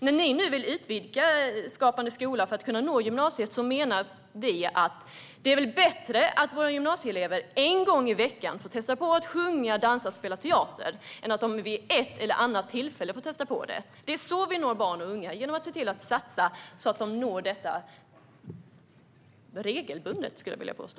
När ni nu vill utvidga Skapande skola för att kunna nå gymnasiet menar vi att det väl är bättre att våra gymnasieelever en gång i veckan får testa att sjunga, dansa och spela teater än att de vid ett eller annat tillfälle får testa det. Det är så vi når barn och unga - genom att satsa så att de nås av detta regelbundet.